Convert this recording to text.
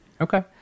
Okay